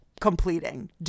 completing